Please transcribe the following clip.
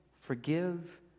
forgive